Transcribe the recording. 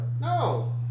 no